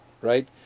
right